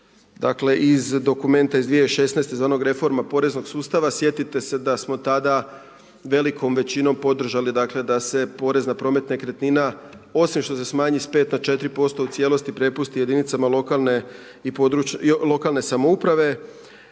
nastavak iz dokumente iz 2016. iz onog reforma poreznog sustava, sjetite se da smo tada velikom većinom podržali da se porez na promet nekretnina, osim što se smanji s 5 na 4% u cijelosti prepusti jedinicama lokalne samouprave.